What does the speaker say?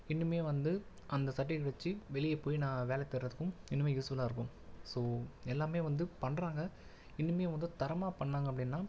இன்னுமே வந்து அந்த சர்ட்டிவிகேட் வச்சு வெளியே போய் நான் வேலை தேடுறதுக்கும் இன்னுமே யூஸ் ஃபுல்லாகருக்கும் ஸோ எல்லாமே வந்து பண்ணுறாங்க இன்னுமே வந்து தரமாக பண்ணாங்க அப்படின்னா